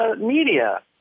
media